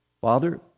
Father